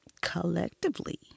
collectively